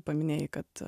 paminėjai kad